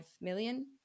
million